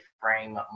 frame